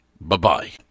Bye-bye